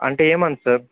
అంటే ఏ month sir